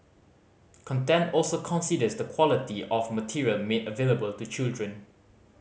content also considers the quality of material made available to children